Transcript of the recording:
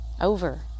over